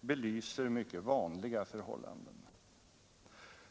belyser mycket vanliga förhållanden.